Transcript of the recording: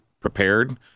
prepared